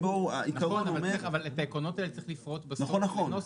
אבל את העקרונות האלה צריך לפרוט בסוף לנוסח,